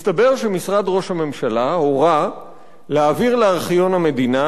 מסתבר שמשרד ראש הממשלה הורה להעביר לארכיון המדינה